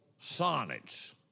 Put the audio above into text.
sonnets